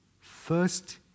first